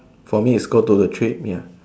for me is go to the trade ya